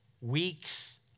weeks